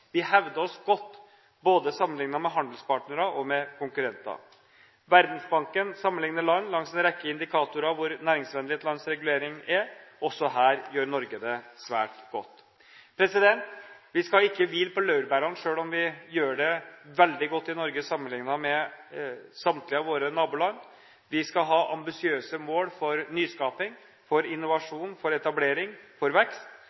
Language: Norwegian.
Vi hevder oss godt, både sammenliknet med handelspartnere og med konkurrenter. Verdensbanken sammenlikner land langs en rekke indikatorer, hvor næringsvennlig et lands regulering er. Også her gjør Norge det svært godt. Vi skal ikke hvile på laurbærene selv om vi gjør det veldig godt i Norge sammenliknet med samtlige av våre naboland. Vi skal ha ambisiøse mål for nyskaping, for innovasjon, for etablering, for vekst,